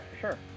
sure